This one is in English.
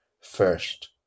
first